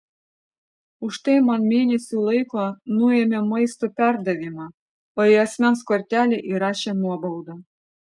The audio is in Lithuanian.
už tai man mėnesiui laiko nuėmė maisto perdavimą o į asmens kortelę įrašė nuobaudą